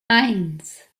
eins